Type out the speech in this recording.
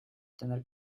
tener